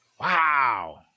Wow